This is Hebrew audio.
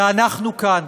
ואנחנו כאן,